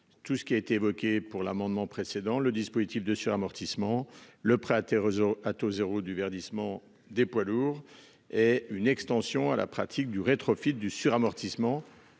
tout ce qui a été évoqué au sujet de l'amendement précédent, à savoir le dispositif de suramortissement, le prêt à taux zéro du verdissement des poids lourds et une extension à la pratique du rétrofit du suramortissement.